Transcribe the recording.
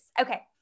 okay